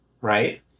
right